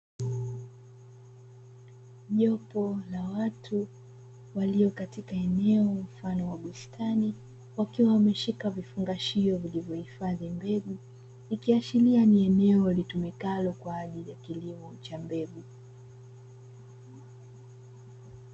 Jopo la watu walio katika eneo mfano wa bustani wakiwa wameshika vifungashio vilivyohifadhi mbegu ikiashiria ni eneo litumikalo kwa ajili ya kilimo cha mbegu.